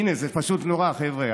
הינה, זה פשוט נורא, חבר'ה.